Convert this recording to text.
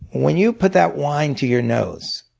when you put that wine to your nose,